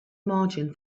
margin